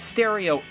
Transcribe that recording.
Stereo